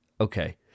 okay